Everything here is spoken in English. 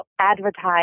advertise